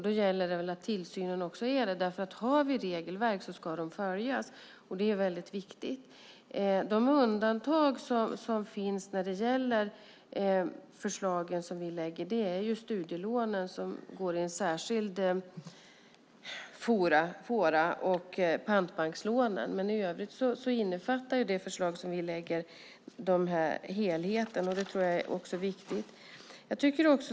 Då gäller det att tillsynen också är det, därför att om vi har regelverk ska de följas. De undantag som finns när det gäller de förslag som vi lägger fram är studielånen som går i en särskild fåra och pantbankslånen. Men i övrigt innefattar det förslag som vi lägger fram helheten, vilket är viktigt.